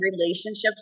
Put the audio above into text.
relationships